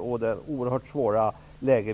och det oerhört svåra läget.